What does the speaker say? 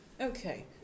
Okay